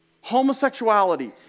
Homosexuality